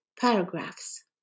paragraphs